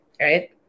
right